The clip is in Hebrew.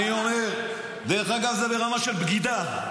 אני אומר, דרך אגב, זה ברמה של בגידה.